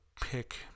pick